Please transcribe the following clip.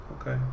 Okay